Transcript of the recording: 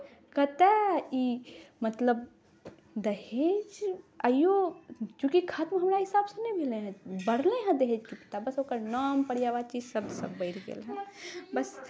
कतय ई मतलब दहेज आइयो चूँकि खत्म हमरा हिसाबसँ नहि भेलै हेँ बढ़लै हेँ दहेजके प्रथा बस ओकर नाम पर्यायवाची शब्दसभ बढ़ि गेलै हेँ बस